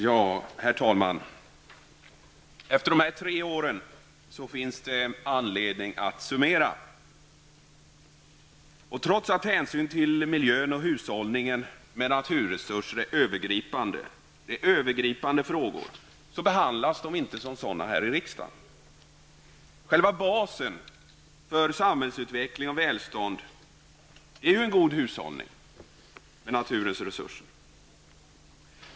Herr talman! Efter dessa tre år finns det anledning att summera. Trots att hänsyn till miljön och hushållning med naturresurser är klart övergripande frågor, behandlas de inte som sådana i riksdagen. Själva basen för samhällsutveckling och välstånd är en god hushållning med naturens resurser.